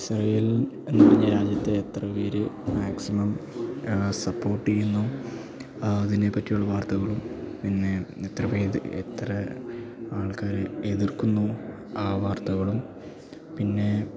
Israel എന്ന് പറഞ്ഞ രാജ്യത്തെ എത്ര പേര് മാക്സിമം സപ്പോർട്ട് ചെയ്യുന്നോ അതിനെ പറ്റിയുള്ള വാർത്തകളും പിന്നെ എത്ര എത്ര ആൾക്കാർ എതിർക്കുന്നു ആ വാർത്തകളും പിന്നെ